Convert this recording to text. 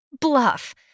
Bluff